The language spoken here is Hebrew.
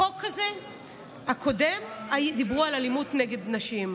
בחוק הזה קודם דיברו על אלימות נגד נשים,